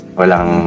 walang